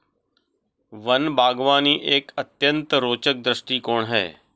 one बागवानी एक अत्यंत रोचक दृष्टिकोण है